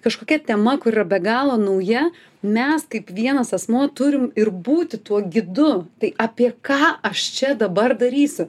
kažkokia tema kur yra be galo nauja mes kaip vienas asmuo turim ir būti tuo gidu tai apie ką aš čia dabar darysiu